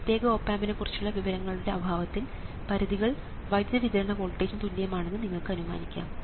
ഒരു പ്രത്യേക ഓപ് ആമ്പിനെക്കുറിച്ചുള്ള വിവരങ്ങളുടെ അഭാവത്തിൽ പരിധികൾ വൈദ്യുത വിതരണ വോൾട്ടേജിന് തുല്യമാണെന്ന് നിങ്ങൾക്ക് അനുമാനിക്കാം